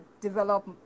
develop